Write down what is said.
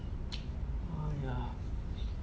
!haiya!